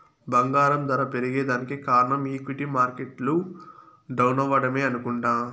బంగారం దర పెరగేదానికి కారనం ఈక్విటీ మార్కెట్లు డౌనవ్వడమే అనుకుంట